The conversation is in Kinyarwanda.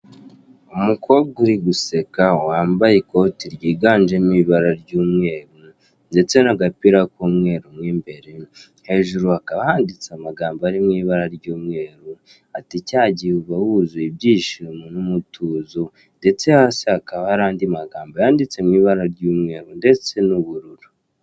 Umukobwa uri guseka wambaye ikote ry'iganjemo ibara ry'umweru ndetse n'agapira ku mwere mo imbere, hejuru hakaba handitse amagambo ari mu ibara ry'umweru ati: cyagihe uba wuzuye ibyishimo n'umutuzo Ndetse hasi hakaba hari andi magambo yanditse mu ibara ry'umweru ndetse n'ubururu.